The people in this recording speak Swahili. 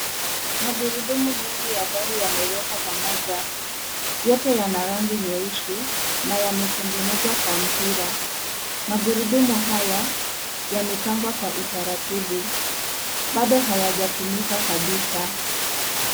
Magurudumu mengi ya gari yamewekwa pamoja. Yote yana rangi nyeusi na yametengenezwa kwa mpira. Magurudumu haya yamepangwa kwa utaratibu bado hayajatumika kabisa.